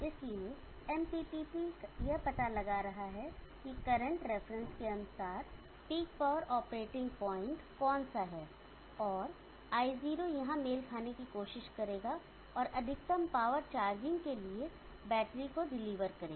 इसलिए एमपीपीटी यह पता लगा रहा है कि करंट रेफरेंस के अनुसार पीक पॉवर ऑपरेटिंग बिंदु कौन सा है और i0 यहाँ मेल खाने की कोशिश करेगा और अधिकतम पावर चार्जिंग के लिए बैटरी को डिलीवर करेगी